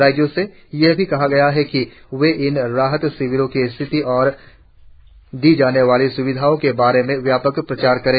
राज़यों से यह भी कहा गया है कि वे इन राहत शिविरों की स्थिति और दीजाने वाली सुविधाओं के बारे में वयापक प्रचार करें